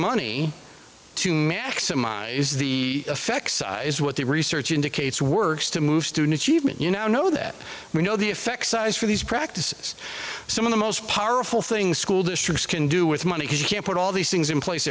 money to maximize the effect is what the research indicates works to move student achievement you know that we know the effect size for these practices some of the most powerful things school districts can do with money because you can't put all these things in place